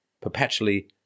perpetually